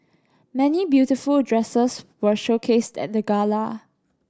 many beautiful dresses were showcased at the gala